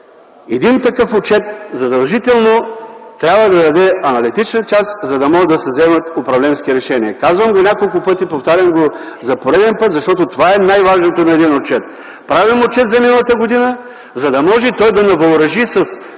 един такъв отчет задължително трябва да даде аналитична част, за да могат да се вземат управленски решения. Повтарям го за пореден път, защото това е най-важното на един отчет. Правим отчет за миналата година, за да може той да ни въоръжи с